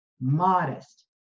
modest